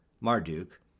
Marduk